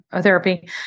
therapy